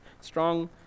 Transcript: strong